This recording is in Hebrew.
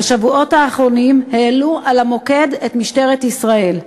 בשבועות האחרונים העלו על המוקד את משטרת ישראל.